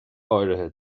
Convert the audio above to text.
áirithe